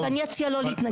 ואני אציע לו להתנגד.